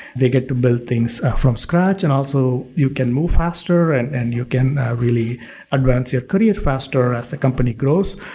they get to build things out from scratch. and also, you can move faster and and you can really advance your career faster as the company grows,